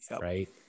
Right